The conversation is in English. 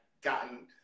gotten